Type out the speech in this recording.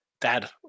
dad